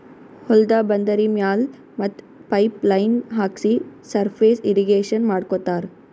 ಹೊಲ್ದ ಬಂದರಿ ಮ್ಯಾಲ್ ಮತ್ತ್ ಪೈಪ್ ಲೈನ್ ಹಾಕ್ಸಿ ಸರ್ಫೇಸ್ ಇರ್ರೀಗೇಷನ್ ಮಾಡ್ಕೋತ್ತಾರ್